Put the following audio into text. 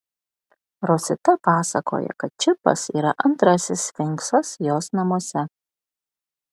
rosita pasakoja kad čipas yra antrasis sfinksas jos namuose